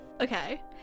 Okay